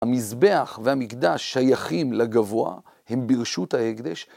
המזבח והמקדש שייכים לגבוה. הם ברשות ההקדש.